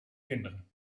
kinderen